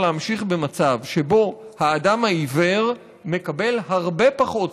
אי-אפשר להמשיך במצב שבו האדם העיוור מקבל הרבה פחות